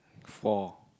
four